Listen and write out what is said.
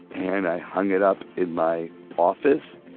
and i hung it up in my office.